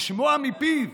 לשמוע מפיו